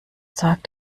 sagt